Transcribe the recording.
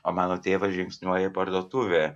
o mano tėvas žingsniuoja į parduotuvę